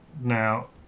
Now